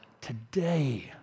today